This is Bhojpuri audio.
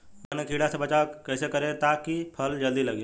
बैंगन के कीड़ा से बचाव कैसे करे ता की फल जल्दी लगे?